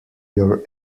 your